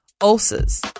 ulcers